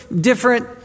different